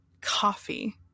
coffee